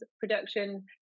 production